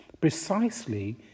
precisely